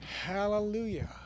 Hallelujah